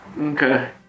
Okay